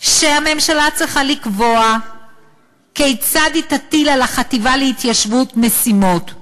שהממשלה צריכה לקבוע כיצד היא תטיל על החטיבה להתיישבות משימות,